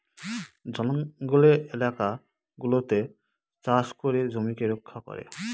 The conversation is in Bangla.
জঙ্গলের এলাকা গুলাতে চাষ করে জমিকে রক্ষা করে